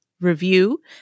review